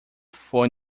foi